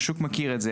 השוק מכיר את זה,